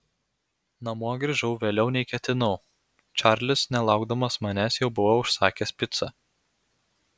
namo grįžau vėliau nei ketinau čarlis nelaukdamas manęs jau buvo užsakęs picą